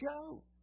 go